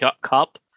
Cup